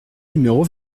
numéro